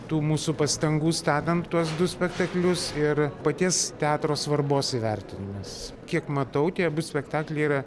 tų mūsų pastangų statant tuos du spektaklius ir paties teatro svarbos įvertinimas kiek matau tie abu spektakliai yra